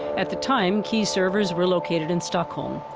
at the time, key servers were located in stockholm.